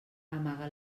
amaga